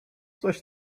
coś